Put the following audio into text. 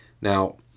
Now